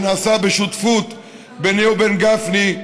שנעשה בשותפות ביני ובין גפני,